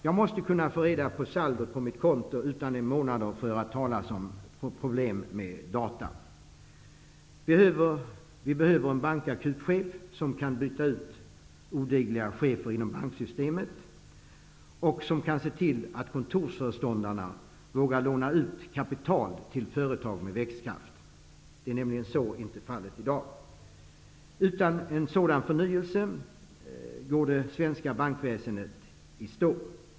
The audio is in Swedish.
Jag måste få kunna få reda på saldot på mitt konto under en månads tid utan att få höra talas om problem med ''datan''. Det behövs en chef för bankakuten som kan byta ut odugliga chefer inom banksystemet och som kan se till att kontorsföreståndarna vågar låna ut kapital till företag med växtkraft. Så är inte fallet i dag. Utan en förnyelse går det svenska bankväsendet i stå.